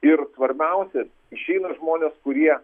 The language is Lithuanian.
ir svarbiausia išeina žmonės kurie